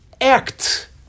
act